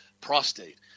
Prostate